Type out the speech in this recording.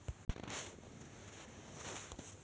आजचा खजूर खूप गोड होता